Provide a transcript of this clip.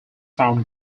found